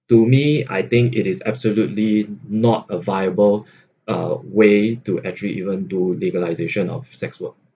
to me I think it is absolutely not a viable uh way to actually even do legalisation of sex work